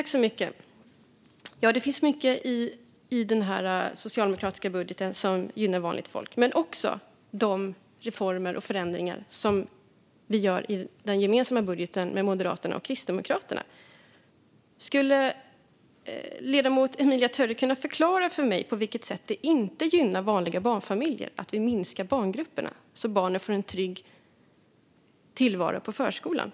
Fru talman! Ja, det finns mycket i den socialdemokratiska budgeten som gynnar vanligt folk, men det gäller också de reformer och förändringar som vi gör i vårt gemensamma budgetförslag med Moderaterna och Kristdemokraterna. Skulle ledamoten Emilia Töyrä kunna förklara för mig på vilket sätt det inte gynnar vanliga barnfamiljer att vi minskar barngrupperna så att barnen får en trygg tillvaro i förskolan?